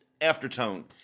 aftertone